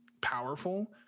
powerful